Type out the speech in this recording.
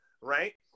right